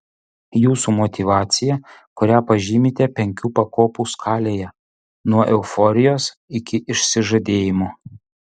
jūsų motyvacija kurią pažymite penkių pakopų skalėje nuo euforijos iki išsižadėjimo